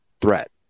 threat